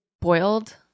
boiled